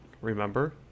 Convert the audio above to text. remember